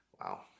wow